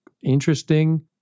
interesting